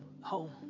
home